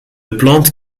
plante